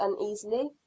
uneasily